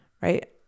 Right